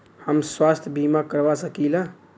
हम स्वास्थ्य बीमा करवा सकी ला?